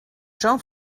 jean